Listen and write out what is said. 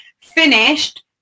finished